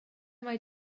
mai